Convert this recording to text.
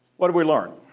what do we learn?